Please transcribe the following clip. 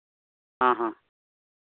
ᱦᱮᱸ ᱦᱮᱸ